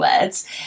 words